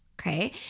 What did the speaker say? okay